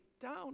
down